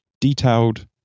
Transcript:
detailed